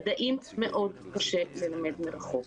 ההנחה היא שמדעים מאוד קשה ללמד מרחוק.